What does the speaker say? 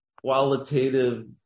qualitative